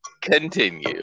continue